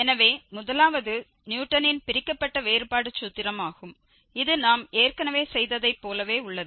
எனவே முதலாவது நியூட்டனின் பிரிக்கப்பட்ட வேறுபாடு சூத்திரம் ஆகும் இது நாம் ஏற்கனவே செய்ததைப் போலவே உள்ளது